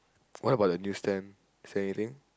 what about the newstand is there anything